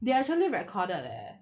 they actually recorded eh